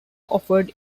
offered